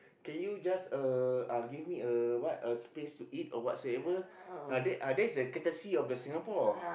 can you just uh uh give me a what a space to eat or whatsoever ah that ah that's the courtesy of the Singapore